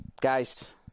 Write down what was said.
guys